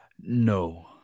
no